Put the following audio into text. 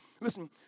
Listen